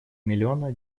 миллиона